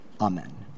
Amen